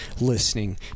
listening